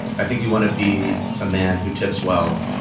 i think you want to be a man who tips well,